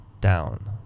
down